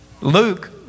Luke